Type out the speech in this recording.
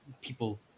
people